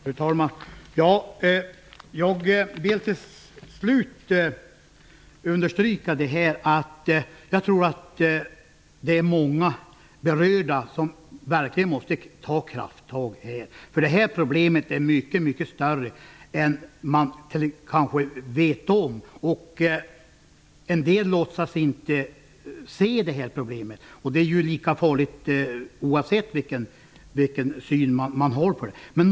Fru talman! Jag vill till slut understryka att jag tror att det är många berörda som verkligen måste ta krafttag, därför att det här problemet är mycket större än man kanske vet om. En del låtsas inte se problemet, och det är ju lika farligt, oavsett vilken syn man har.